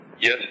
Yes